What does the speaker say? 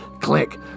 Click